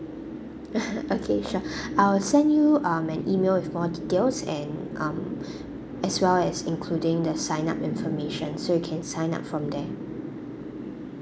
okay sure I'll send you um an email with more details and um as well as including the sign up information so you can sign up from there